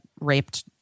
raped